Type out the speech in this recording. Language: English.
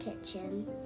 kitchen